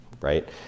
right